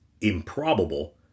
improbable